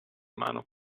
mano